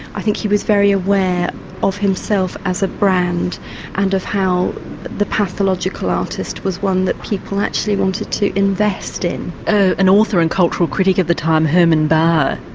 i think he was very aware of himself as a brand and of how the pathological artist was one that people actually wanted to invest in. an author and cultural critic of the time, hermann bahr,